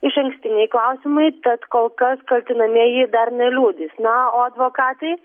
išankstiniai klausimai tad kol kas kaltinamieji dar neliudys na o advokatai